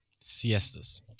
Siestas